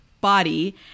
body